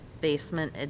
basement